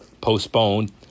postponed